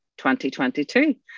2022